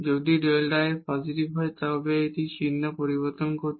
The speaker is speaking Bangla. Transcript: যদি Δ f পজিটিভ হয় তবে এটি চিহ্ন পরিবর্তন করছে